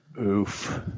oof